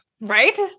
Right